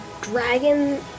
dragon